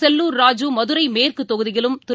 செல்லூர் ராஜூ மதுரை மேற்கு தொகுதியிலும் திரு